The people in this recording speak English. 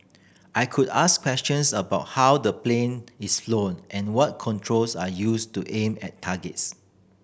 I could ask questions about how the plane is flown and what controls are used to aim at targets